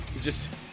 just-